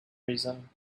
reason